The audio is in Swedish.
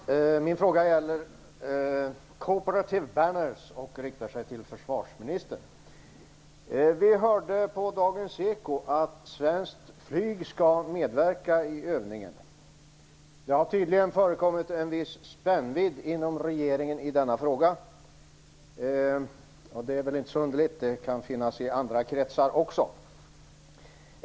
Fru talman! Min fråga gäller Cooperative Banners, och riktar sig till försvarsministern. Vi hörde på Dagens Eko att svenskt flyg skall medverka i övningen. Det har tydligen förekommit en viss spännvidd inom regeringen i frågan, och det är väl inte så underligt. Det kan förekomma i andra kretsar också.